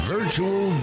Virtual